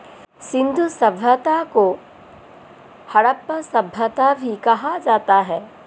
सिंधु सभ्यता को हड़प्पा सभ्यता भी कहा जाता है